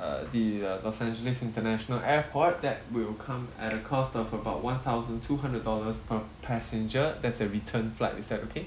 uh the uh los angeles international airport that will come at a cost of about one thousand two hundred dollars per passenger that's a return flight is that okay